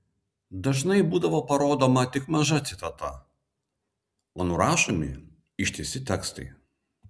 dažnai būdavo parodoma tik maža citata o nurašomi ištisi tekstai